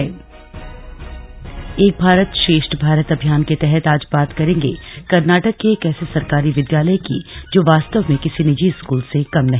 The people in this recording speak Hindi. एक भारत श्रेष्ठ भारत अभियान के तहत आज बात करेगें कर्नाटक के एक ऐसे सरकारी विद्यालय की जो वास्तव में किसी निजी स्कूल से कम नहीं